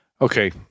Okay